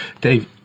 Dave